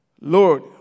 Lord